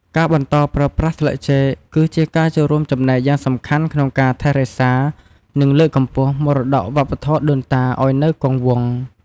ការបន្តប្រើប្រាស់ស្លឹកចេក គឺជាការចូលរួមចំណែកយ៉ាងសំខាន់ក្នុងការ ថែរក្សា និងលើកកម្ពស់មរតកវប្បធម៌ដូនតា ឱ្យនៅគង់វង្ស។